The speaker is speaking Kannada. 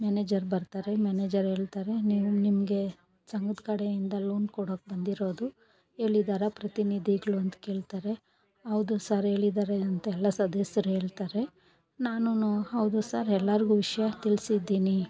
ಮ್ಯಾನೇಜರ್ ಬರ್ತಾರೆ ಮ್ಯಾನೇಜರ್ ಹೇಳ್ತಾರೆ ನೀವು ನಿಮಗೆ ಸಂಘದ್ ಕಡೆಯಿಂದ ಲೋನ್ ಕೊಡೋಕೆ ಬಂದಿರೋದು ಹೇಳಿದಾರ ಪ್ರತಿನಿಧಿಗ್ಳು ಅಂತ ಕೇಳ್ತಾರೆ ಹೌದು ಸರ್ ಹೇಳಿದಾರೆ ಅಂತ ಎಲ್ಲ ಸದಸ್ಯರು ಹೇಳ್ತಾರೆ ನಾನೂ ಹೌದು ಸರ್ ಎಲ್ಲಾರಿಗೂ ವಿಷಯ ತಿಳ್ಸಿದ್ದೀನಿ